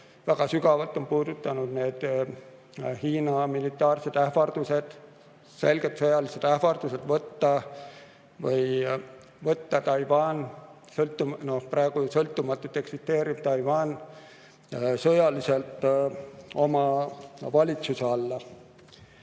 väga sügavalt puudutanud Hiina militaarsed ähvardused, selgelt sõjalised ähvardused võtta Taiwan – praegu sõltumatult eksisteeriv Taiwan – sõjaliselt oma valitsuse alla.